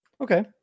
Okay